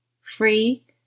Free